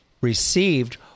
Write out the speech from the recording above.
received